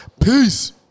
Peace